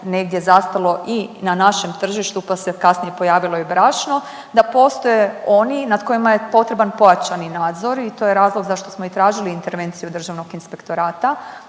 negdje zastalo i na našem tržištu, pa se kasnije pojavilo i brašno, da postoje oni nad kojima je potreban pojačani nadzor i to je razlog zašto smo i tražili intervenciju Državnog inspektorata